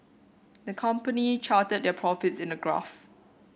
the company charted their profits in a graph